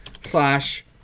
slash